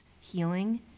healing